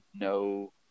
no